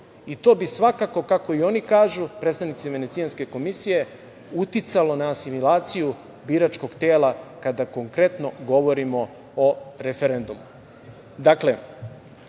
To bi svakako, kako i oni kažu, predstavnici Venecijanske komisije, uticalo na asimilaciju biračkog tela kada konkretno govorimo o referendumu. Dakle,